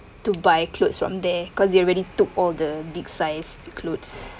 to buy clothes from there because they already took all the big size clothes